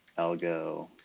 algo